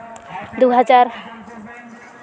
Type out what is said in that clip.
ᱫᱩ ᱦᱟᱡᱟᱨ